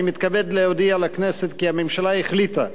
אני מתכבד להודיע לכנסת כי הממשלה החליטה,